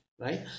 right